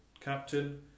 captain